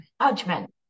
Judgment